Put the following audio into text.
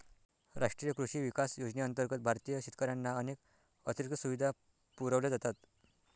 राष्ट्रीय कृषी विकास योजनेअंतर्गत भारतीय शेतकऱ्यांना अनेक अतिरिक्त सुविधा पुरवल्या जातात